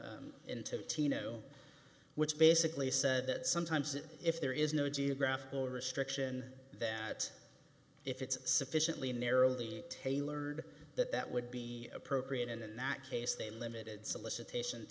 into teano which basically said that sometimes it if there is no geographical restriction that if it's sufficiently narrowly tailored that that would be appropriate and in that case they limited solicitation